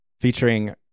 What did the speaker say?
featuring